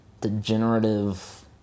degenerative